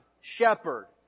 shepherd